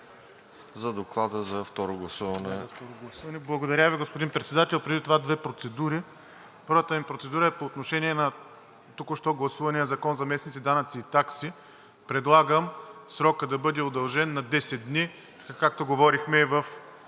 за Доклада за второ гласуване. ДОКЛАДЧИК ПЕТЪР ЧОБАНОВ: Благодаря Ви, господин Председател. Преди това – две процедури. Първата ми процедура е по отношение на току-що гласувания Закон за местните данъци и такси – предлагам срокът да бъде удължен на 10 дни, както говорихме в